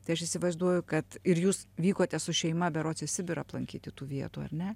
tai aš įsivaizduoju kad ir jūs vykote su šeima berods į sibirą aplankyti tų vietų ar ne